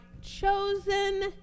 chosen